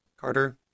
Carter